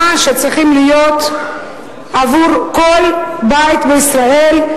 שצריכים להיות עבור כל בית בישראל,